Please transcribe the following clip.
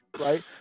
right